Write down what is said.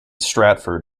stratford